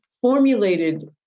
formulated